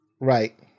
Right